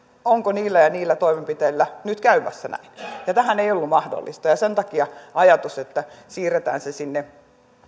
onko niillä ja niillä toimenpiteillä nyt käymässä näin tämähän ei ollut mahdollista ja sen takia tuli ajatus että siirretään se sinne